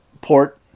port